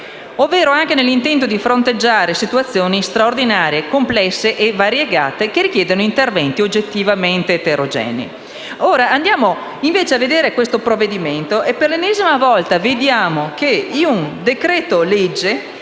ovvero anche dall'intento di fronteggiare situazioni straordinarie, complesse e variegate che richiedono interventi oggettivamente eterogenei». Esaminando il provvedimento in discussione, per l'ennesima volta notiamo come in un decreto-legge